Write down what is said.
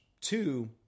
Two